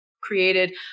created